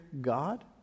God